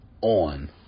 on